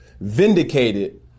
vindicated